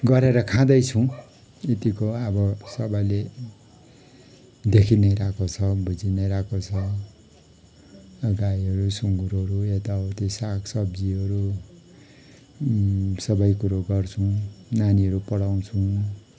गरेर खाँदैछौँ यतिको अब सबैले देखी नै रहेको छ बुझी नै रहेको छ गाईहरू सुँगुरहरू यता उति साग सब्जीहरू सबै कुरा गर्छौँ नानीहरू पढाउछौँ